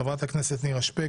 חברת הכנסת נירה שפק,